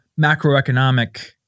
macroeconomic